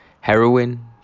Heroin